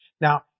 Now